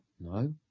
No